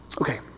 Okay